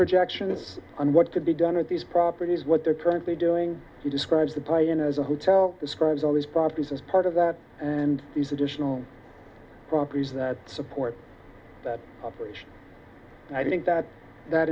projections on what to be done at these properties what they're currently doing he describes the pie in a hotel describes all these properties as part of that and these additional properties that support that operation and i think that that